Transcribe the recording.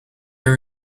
were